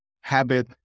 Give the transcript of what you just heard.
habit